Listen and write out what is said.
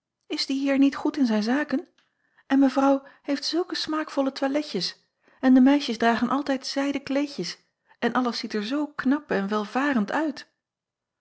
is die eer niet goed in acob van ennep laasje evenster delen zijn zaken n evrouw heeft zulke smaakvolle toiletjes en de meisjes dragen altijd zijden kleedjes en alles ziet er zoo knap en welvarend uit